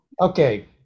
Okay